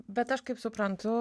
bet aš kaip suprantu